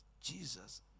Jesus